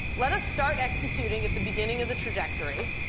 let us start executing at the beginning of the trajectory.